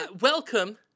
Welcome